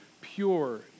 pure